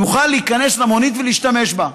הוא יוכל להיכנס למונית ולהשתמש בו,